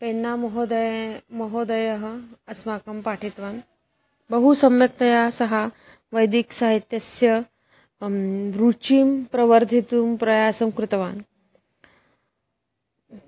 पेन्नामहोदयः महोदयः अस्माकं पाठितवान् बहु सम्यक्तया सः वैदिकसाहित्यस्य रुचिं प्रवर्धयितुं प्रयासं कृतवान्